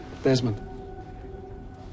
Desmond